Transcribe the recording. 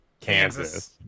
Kansas